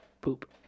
Poop